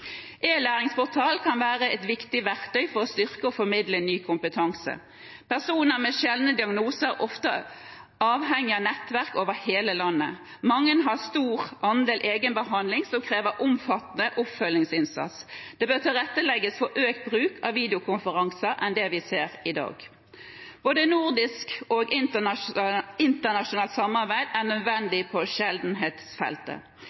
kan være et viktig verktøy for å styrke og formidle ny kompetanse. Personer med sjeldne diagnoser er ofte avhengig av nettverk over hele landet. Mange har stor andel egenbehandling som krever omfattende oppfølgingsinnsats. Det bør tilrettelegges for økt bruk av videokonferanser sammenlignet med det vi ser i dag. Både nordisk og internasjonalt samarbeid er